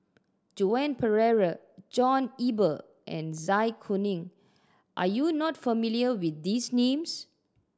Joan Pereira John Eber and Zai Kuning are you not familiar with these names